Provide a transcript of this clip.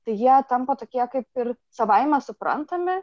tai jie tampa tokie kaip ir savaime suprantami